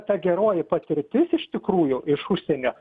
ta geroji patirtis iš tikrųjų iš užsienio